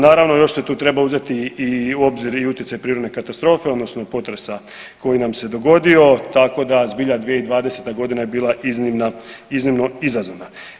Naravno, još se tu treba uzeti i, u obzir i utjecaj prirodne katastrofe odnosno potresa koji nam se dogodio tako da zbilja 2020. godina je bila iznimna, iznimno izazovna.